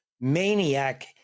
maniac